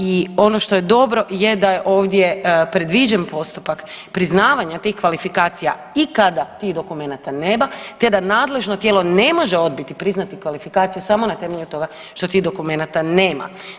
I ono što je dobro je da je ovdje predviđen postupak priznavanja tih kvalifikacija i kada tih dokumenata nema te da nadležno tijelo ne može odbiti priznati kvalifikaciju samo na temelju toga što tih dokumenata nema.